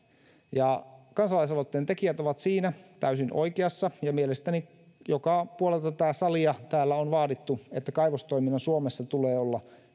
kansalaisaloitteen tekijät ovat siinä täysin oikeassa ja mielestäni joka puolelta tätä salia täällä on vaadittu että kaivostoiminnan suomessa tulee olla